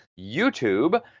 YouTube